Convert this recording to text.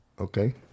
okay